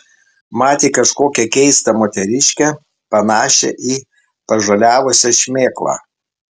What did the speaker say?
matė kažkokią keistą moteriškę panašią į pažaliavusią šmėklą